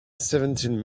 seventeen